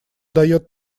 дает